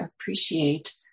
appreciate